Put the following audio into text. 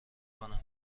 کنم